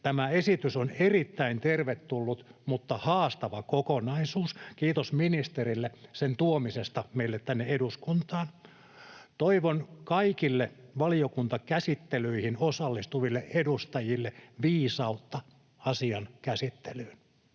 Tämä esitys on erittäin tervetullut mutta haastava kokonaisuus. Kiitos ministerille sen tuomisesta meille tänne eduskuntaan. Toivon kaikille valiokuntakäsittelyihin osallistuville edustajille viisautta asian käsittelyyn.